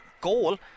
goal